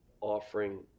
offering